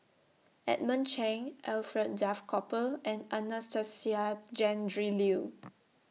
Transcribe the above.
Edmund Cheng Alfred Duff Cooper and Anastasia Tjendri Liew